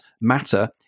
matter